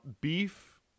Beef